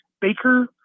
Baker